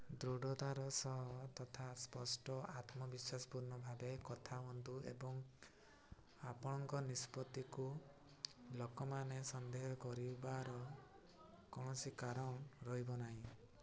ଦୃଢ଼ତାର ସହ ତଥା ସ୍ପଷ୍ଟ ଆତ୍ମବିଶ୍ୱାସପୂର୍ଣ୍ଣ ଭାବେ କଥା ହୁଅନ୍ତୁ ଏବଂ ଆପଣଙ୍କ ନିଷ୍ପତ୍ତିକୁ ଲୋକମାନେ ସନ୍ଦେହ କରିବାର କୌଣସି କାରଣ ରହିବନାହିଁ